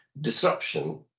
Disruption